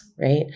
right